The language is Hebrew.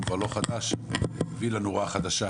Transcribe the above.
הוא כבר לא חדש, הביא לנו הוראה חדשה